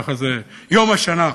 יום השנה.